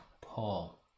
Paul